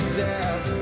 death